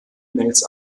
mails